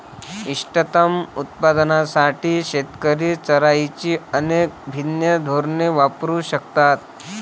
इष्टतम उत्पादनासाठी शेतकरी चराईची अनेक भिन्न धोरणे वापरू शकतात